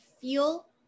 feel